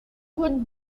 wood